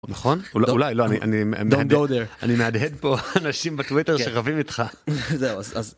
נכון אולי לא אני אני אני מהדהד פה אנשים בטוויטר שרבים איתך.